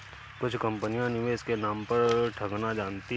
कुछ कंपनियां निवेश के नाम पर ठगना जानती हैं